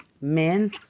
men